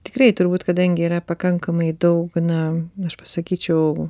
tikrai turbūt kadangi yra pakankamai daug na aš pasakyčiau